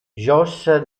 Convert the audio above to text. josh